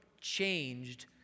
changed